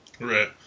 Right